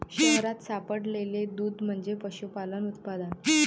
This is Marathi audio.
शहरात सापडलेले दूध म्हणजे पशुपालन उत्पादन